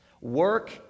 Work